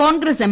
Congress M